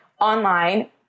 online